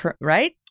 right